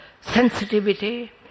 sensitivity